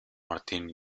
martín